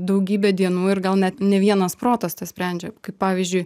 daugybę dienų ir gal net ne vienas protas tą sprendžia kaip pavyzdžiui